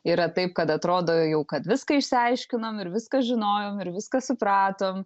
yra taip kad atrodo jau kad viską išsiaiškinom ir viską žinojom ir viską supratom